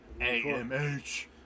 AMH